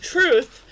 Truth